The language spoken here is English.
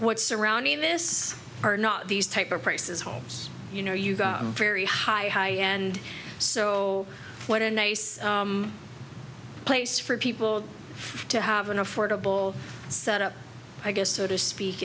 what surrounding this are not these type of prices homes you know you've got a very high high end so what a nice place for people to have an affordable set up i guess so to speak